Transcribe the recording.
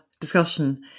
discussion